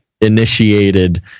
initiated